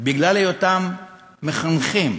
בגלל היותם מחנכים,